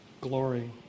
glory